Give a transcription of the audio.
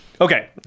okay